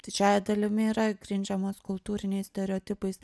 didžiąja dalimi yra grindžiamas kultūriniais stereotipais